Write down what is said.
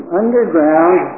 underground